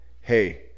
hey